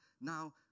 Now